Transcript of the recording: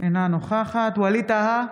אינה נוכחת ווליד טאהא,